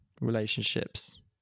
relationships